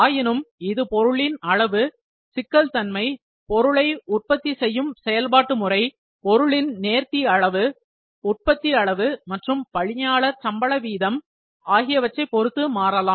ஆயினும் இது பொருளின் அளவு சிக்கல் தன்மை பொருளை உற்பத்தி செய்யும் செயல்பாட்டு முறை பொருளின் நேர்த்தி அளவு உற்பத்தி அளவு மற்றும் பணியாளர் சம்பள விகிதம் ஆகியவற்றை பொருத்து மாறலாம்